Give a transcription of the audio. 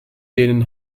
denen